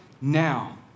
now